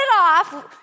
off